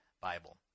Bible